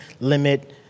limit